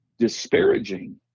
disparaging